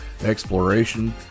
exploration